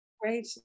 Great